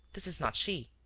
this is not she.